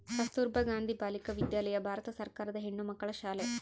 ಕಸ್ತುರ್ಭ ಗಾಂಧಿ ಬಾಲಿಕ ವಿದ್ಯಾಲಯ ಭಾರತ ಸರ್ಕಾರದ ಹೆಣ್ಣುಮಕ್ಕಳ ಶಾಲೆ